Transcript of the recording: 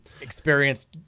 experienced